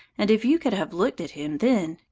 and if you could have looked at him then,